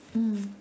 mm